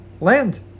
land